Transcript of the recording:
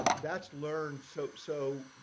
that's learned soap. so